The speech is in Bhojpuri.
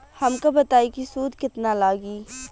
हमका बताई कि सूद केतना लागी?